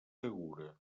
segura